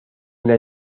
una